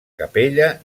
capella